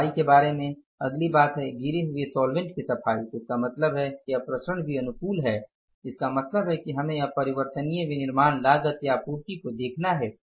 सफाई के बारे में अगली बात है गिरे हुए साल्वेंट की सफाई तो इसका मतलब है यह विचरण भी प्रतिकूल है इसका मतलब है कि हमें अब परिवर्तनीय विनिर्माण लागत या आपूर्ति को देखना है